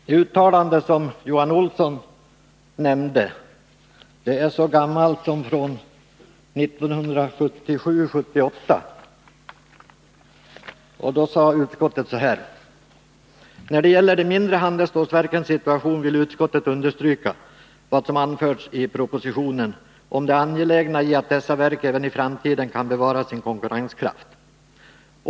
Det uttalande som Johan Olsson nämnde är så gammalt som från 1977/78, och då sade utskottet: ”När det gäller de mindra handelsstålsverkens situation vill utskottet understryka vad som anförs i propositionen ——— om det angelägna i att dessa verk även i framtiden kan bevara sin konkurrenskraft.